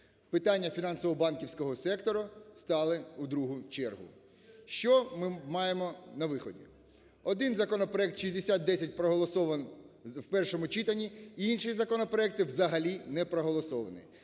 Питання фінансово-банківського сектору стали у другу чергу. Що ми маємо на виході? Один законопроект 6010 проголосований в першому читанні, інші законопроект взагалі не проголосовані.